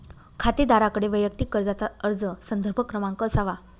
खातेदाराकडे वैयक्तिक कर्जाचा अर्ज संदर्भ क्रमांक असावा